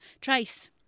Trace